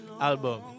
album